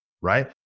right